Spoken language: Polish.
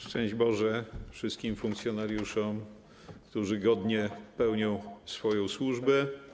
Szczęść Boże wszystkim funkcjonariuszom, którzy godnie pełnią swoją służbę.